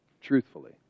truthfully